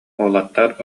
уолаттар